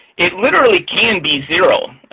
it literally can be zero.